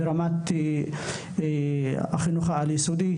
גם עם רמת החינוך בעל יסודי.